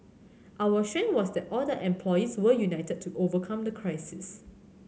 our strength was that all the employees were united to overcome the crisis